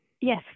Yes